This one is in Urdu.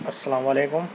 السلام علیکم